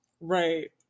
Right